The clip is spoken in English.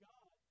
God